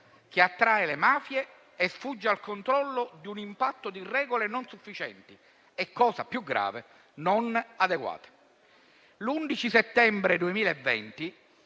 che attrae le mafie e sfugge al controllo di un impatto di regole non sufficienti e - cosa più grave - non adeguate. L'11 settembre 2020,